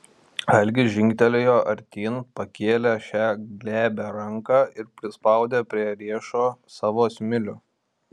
algis žingtelėjo artyn pakėlė šią glebią ranką ir prispaudė prie riešo savo smilių